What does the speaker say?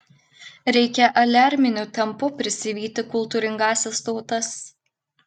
reikia aliarminiu tempu prisivyti kultūringąsias tautas